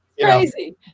crazy